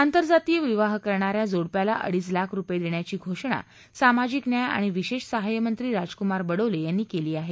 आंतरजातीय विवाह करणाऱ्या जोडप्याला अडीच लाख रुपये देण्याची घोषणा सामाजिक न्याय आणि विशेष सहाय्य मंत्री राजकुमार ब डोले यांनी केली आहे